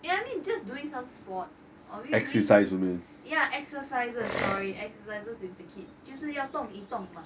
eh I mean just doing some sports exercise you doing yeah exercises exercises with the kids 就是要动一动吗